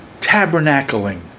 tabernacling